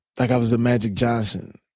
like i was the magic johnson.